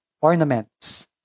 ornaments